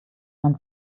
man